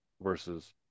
versus